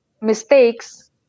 mistakes